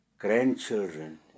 grandchildren